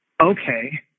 Okay